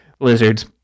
lizards